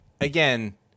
again